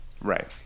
Right